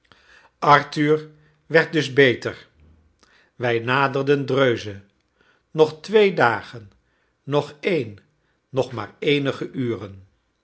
arthur werd dus beter wij naderden dreuze nog twee dagen nog een nog maar eenige uren